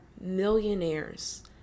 millionaires